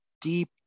deep